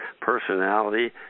personality